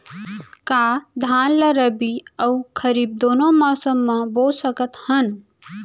का धान ला रबि अऊ खरीफ दूनो मौसम मा बो सकत हन?